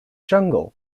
jungle